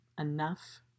enough